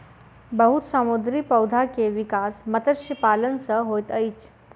बहुत समुद्री पौधा के विकास मत्स्य पालन सॅ होइत अछि